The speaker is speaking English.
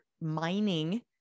mining